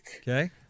Okay